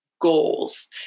goals